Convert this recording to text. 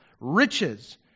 riches